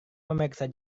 memeriksa